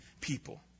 people